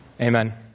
amen